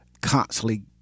constantly